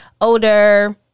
older